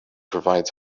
provides